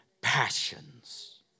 passions